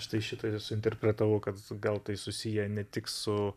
štai šitą ir suinterpretavau kad gal tai susiję ne tik su